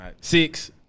Six